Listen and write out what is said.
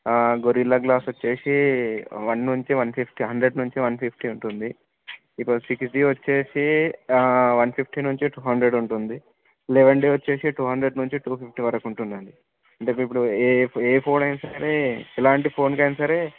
gorilla glass వచ్చి one నుంచి one fifty hundred నుంచి వన్ ఫిఫ్టీ ఉంటుంది ఇప్పుడు సిక్స్ డీ వచ్చి వన్ ఫిఫ్టీ నుంచి టూ హండ్రెడ్ ఉంటుంది లెవన్ డీ వచ్చి టూ హండ్రెడ్ నుంచి టూ ఫిఫ్టీ వరకు ఉంటుందండి అంటే ఇప్పుడు ఏ ఏ ఫోన్ అయిన సరే ఎలాంటి ఫోన్కు అయిన సరే